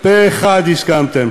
פה-אחד הסכמתם.